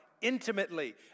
intimately